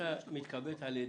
על-ידי מי מתקבלת ההחלטה?